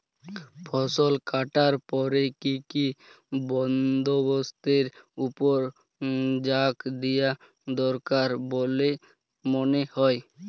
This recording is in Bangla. ফসলকাটার পরে কি কি বন্দবস্তের উপর জাঁক দিয়া দরকার বল্যে মনে হয়?